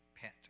pet